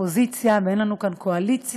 אופוזיציה ואין לנו כאן קואליציה.